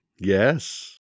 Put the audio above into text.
Yes